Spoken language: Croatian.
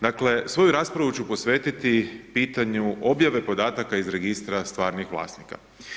Dakle, svoju raspravu ću posvetiti pitanju objave podataka iz Registra stvarnih vlasnika.